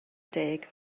deg